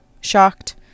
shocked